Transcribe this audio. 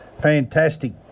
fantastic